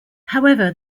however